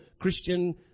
Christian